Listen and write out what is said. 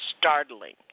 startling